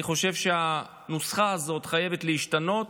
אני חושב שהנוסחה הזאת חייבת להשתנות.